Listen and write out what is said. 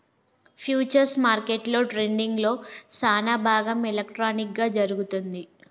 futures మార్కెట్లో ట్రేడింగ్లో సానాభాగం ఎలక్ట్రానిక్ గా జరుగుతుంది